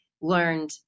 learned